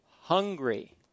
Hungry